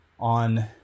on